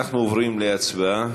אנחנו עוברים להצבעה.